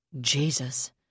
Jesus